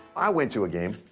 i went to a game.